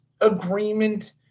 agreement